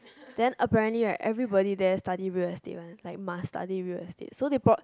then apparently right everybody there study real estate one like must study real estate so they brought